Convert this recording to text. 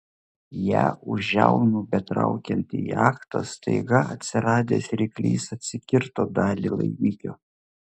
ją už žiaunų betraukiant į jachtą staiga atsiradęs ryklys atsikirto dalį laimikio